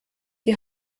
die